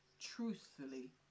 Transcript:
truthfully